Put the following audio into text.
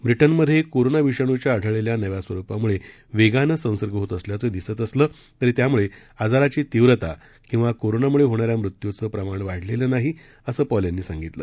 ब्रिटनमधेकोरोनाविषाण्च्याआढळलेल्यानव्यास्वरुपामुळे वेगानंसंसर्गहोतअसल्याचंदिसतअसलं तरीत्याम्ळेआजाराचीतीव्रताकिंवाकोरोनाम्ळेहोणाऱ्यामृत्यूंचंप्रमाणंवाढलेलंनाहीअसंपॉलयांनी सांगितलं